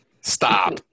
Stop